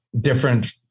different